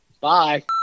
Bye